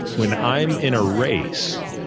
when i'm in a race,